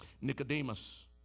Nicodemus